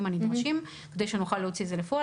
הנדרשים כדי שנוכל להוציא את זה לפועל,